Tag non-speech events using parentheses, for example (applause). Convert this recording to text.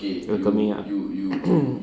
welcoming ah (coughs)